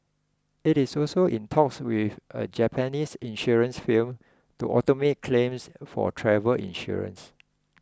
it is also in talks with a Japanese insurance firm to automate claims for travel insurance